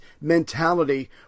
mentality